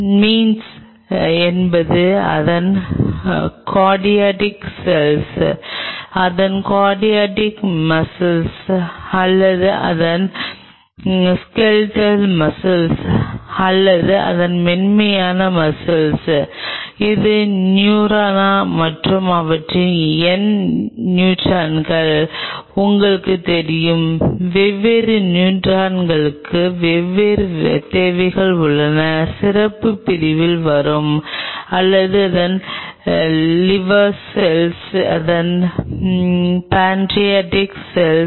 means என்பது அதன் cardiac cell அதன் கார்டியாடிக் மஸ்ஸிள் அல்லது அதன் ஸ்கெலெட்டல் மஸ்ஸிள் அல்லது அதன் மென்மையான மஸ்ஸிள் இது நியூரானா மற்றும் அவற்றில் என்ன நியூரான்கள் உங்களுக்குத் தெரியும் வெவ்வேறு நியூரான்களுக்கு வெவ்வேறு தேவைகள் உள்ளன சிறப்பு பிரிவில் வரும் அல்லது அதன் லிவர் செல்கள் அதன் பண்கிரேட்டிக் செல்கள்